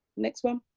next one.